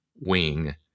wing